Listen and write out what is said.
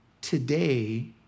today